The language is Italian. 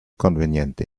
conveniente